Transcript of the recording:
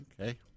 Okay